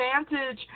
advantage